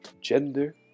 gender